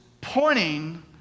pointing